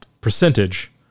percentage